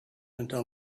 until